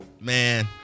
man